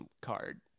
card